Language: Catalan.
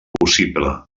possible